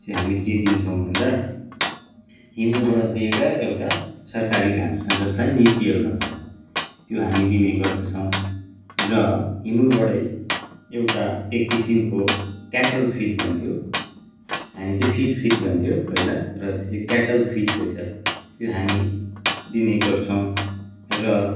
चाहिँ हामी के दिन्छौँ भन्दा हिमुलबाट दिएका एउटा सरकारी घाँस छ जसलाई नेपियर भन्छ त्यो हामी दिने गर्दछौँ र हिमुलबाटै एउटा एक किसिमको क्याटल फिड भन्थ्यो हामी चाहिँ फिड फिड भन्थ्यो पहिला र तर त्यो चाहिँ क्याटल फिड रहेछ त्यो हामी दिने गर्छौँ र